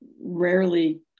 rarely